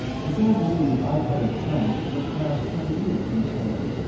i don't believe i've had a trank in the past twenty years, miss haer.